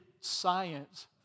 science